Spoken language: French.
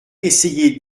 essayer